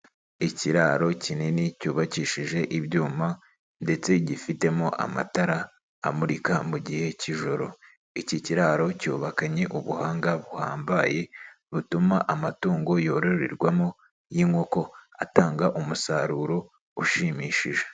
Ikiraro kinini cyubakishije ibyuma ndetse gifitemo amatara amurika mu gihe k'ijoro. Iki kiraro cyubakanye ubuhanga buhambaye butuma amatungo yororerwamo y'inkoko atanga umusaruro ushimishije.